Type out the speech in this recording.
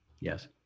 Yes